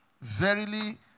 verily